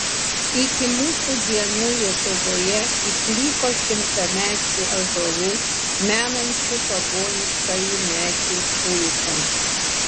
iki mūsų dienų lietuvoje išliko šimtamečių ąžuolų menančių pagoniškąjį medžių kultą